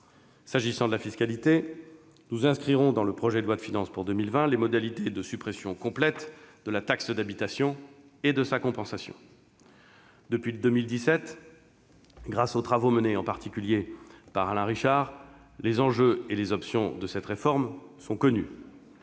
S'agissant de la fiscalité, nous inscrirons dans le projet de loi de finances pour 2020 les modalités de la suppression complète de la taxe d'habitation et de sa compensation. Depuis 2017, grâce aux travaux menés, en particulier, par Alain Richard, les enjeux et les options de cette réforme sont connus.